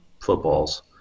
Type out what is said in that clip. footballs